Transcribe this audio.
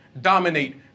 dominate